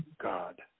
God